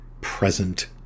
Present